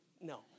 No